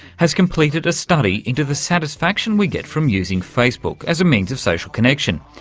has completed a study into the satisfaction we get from using facebook as a means of social connection.